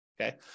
okay